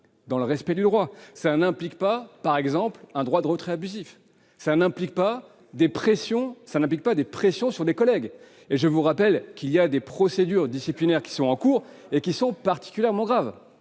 dans le respect du droit. Cela n'implique pas, par exemple, un droit de retrait abusif ou des pressions sur des collègues. C'est faux ! Je vous rappelle que des procédures disciplinaires sont en cours, qui sont particulièrement graves.